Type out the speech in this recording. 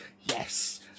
yes